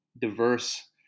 diverse